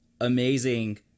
Amazing